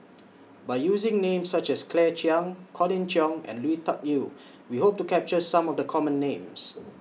By using Names such as Claire Chiang Colin Cheong and Lui Tuck Yew We Hope to capture Some of The Common Names